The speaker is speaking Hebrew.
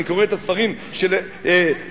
אני קורא את הספרים של הנשיא